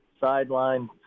sideline